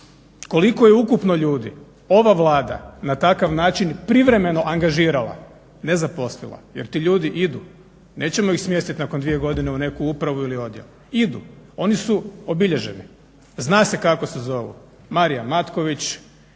koliko je ukupno ljudi ova Vlada na takav način privremeno angažirala nezaposlivo jer ti ljudi idu. Nećemo ih smjestit nakon dvije godine u neku upravu ili odjel, idu. Oni su obilježeni. Zna se kako se zovu Marijan Matković,